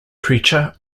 creature